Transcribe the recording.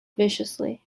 viciously